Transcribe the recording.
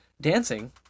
Dancing